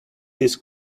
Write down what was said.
his